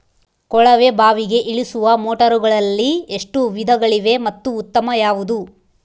ಕೊಳವೆ ಬಾವಿಗೆ ಇಳಿಸುವ ಮೋಟಾರುಗಳಲ್ಲಿ ಎಷ್ಟು ವಿಧಗಳಿವೆ ಮತ್ತು ಉತ್ತಮ ಯಾವುದು?